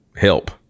help